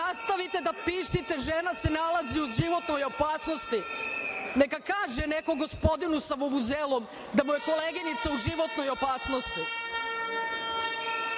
ste. Nastavite da pištite, a žena se nalazi u životnoj opasnosti. Neka kaže neko gospodinu sa vuvuzelom da mu je koleginica u životnoj opasnosti. Neljudi!